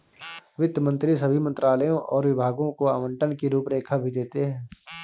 वित्त मंत्री सभी मंत्रालयों और विभागों को आवंटन की रूपरेखा भी देते हैं